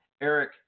Eric